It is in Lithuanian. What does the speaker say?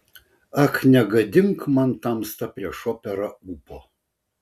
ak negadink man tamsta prieš operą ūpo